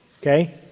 okay